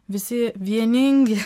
visi vieningi